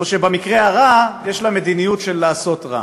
או שבמקרה הרע יש לה מדיניות של לעשות רע.